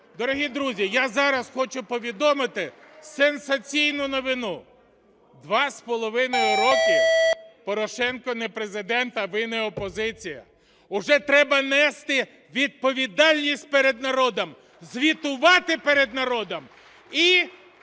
Дорогі друзі, я зараз хочу повідомити сенсаційну новину: два з половиною роки Порошенко не Президент, а ви не опозиція. Вже треба нести відповідальність перед народом, звітувати перед народом і